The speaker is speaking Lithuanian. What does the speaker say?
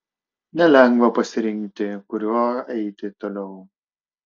nelengva pasirinkti kuriuo eiti toliau